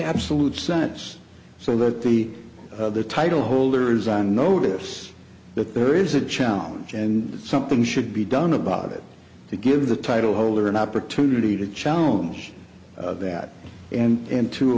absolute sense so that the the title holder is on notice that there is a challenge and something should be done about it to give the title holder an opportunity to challenge that and